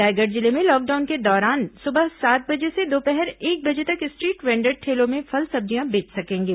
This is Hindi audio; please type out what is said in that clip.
रायगढ़ जिले में लॉकडाउन के दौरान सुबह सात बजे से दोपहर एक बजे तक स्ट्रीट वेंडर ठेलों में फल सब्जियां बेच सकेंगे